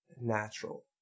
natural